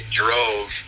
drove